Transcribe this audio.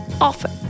often